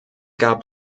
gab